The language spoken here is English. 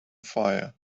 fire